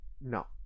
No